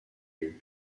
vue